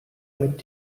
mit